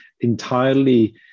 entirely